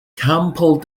campo